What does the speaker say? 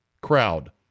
crowd